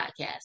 podcast